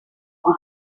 who